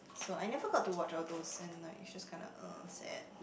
so I never got to watch all those and like it's just kinda uh sad